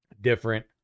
different